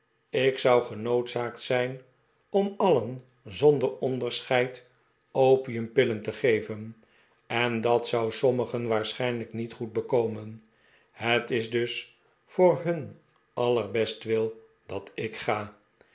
ik zou genoodzaakt zijn om alien zonder onderscheid opiumpillen te geven en dat zou sommigen waarschijnlijk niet goed bekomen het is dus voor hun aller bestwil dat ik ga